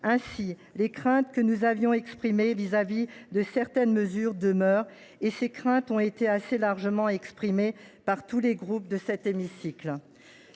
Aussi, les craintes que nous avons exprimées vis à vis de certaines mesures demeurent, craintes qui ont du reste été assez largement partagées par tous les groupes de cet hémicycle.